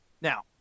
Now